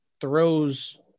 throws